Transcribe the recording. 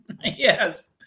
Yes